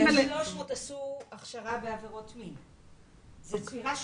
300 עשו הכשרה בעבירות מין, זו ספירה שונה.